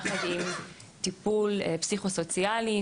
ביחד עם טיפול פסיכוסוציאלי,